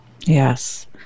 Yes